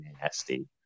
nasty